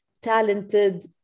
talented